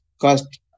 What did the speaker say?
cost